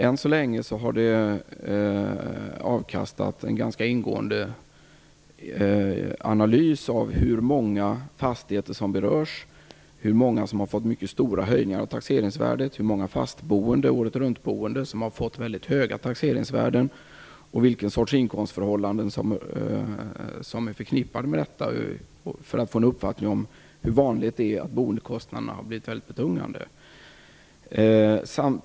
Än så länge har det avkastat en ingående analys av hur många fastigheter som berörs, hur många som har fått mycket stora höjningar av taxeringsvärdet, hur många åretruntboende som har fått väldigt höga taxeringsvärden och vilken sorts inkomstförhållanden som är förknippade med detta. Analysen har gjorts för att man skall få en uppfattning om hur vanligt det är att boendekostnaderna har blivit väldigt betungande.